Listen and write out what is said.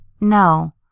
No